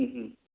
ꯎꯝ ꯎꯝ